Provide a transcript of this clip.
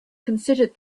considered